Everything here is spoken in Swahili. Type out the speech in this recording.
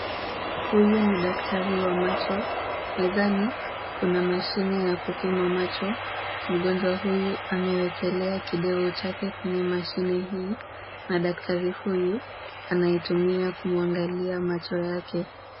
Huyu ni daktari wa macho. Mezani kuna mashine ya kupima macho. Mgonjwa huyu amewekelea kidevu chake kwenye mashini hii na daktari huyu anaitumia kumwangalia macho yake.